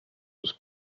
was